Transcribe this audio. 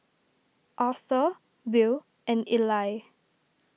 Arthur Bill and Ely